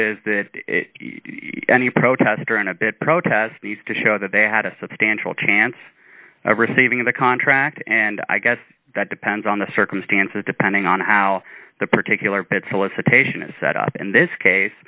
is that any protester in a bit protest needs to show that they had a substantial chance of receiving the contract and i guess that depends on the circumstances depending on how the particular bit solicitation is set up in this case